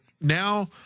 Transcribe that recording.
now